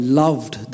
loved